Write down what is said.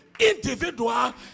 Individual